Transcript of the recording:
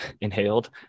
inhaled